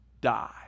die